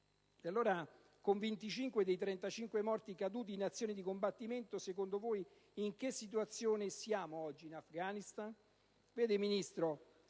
Con 25 dei 35 morti caduti in azioni di combattimento, secondo voi in che situazione siamo oggi in Afghanistan?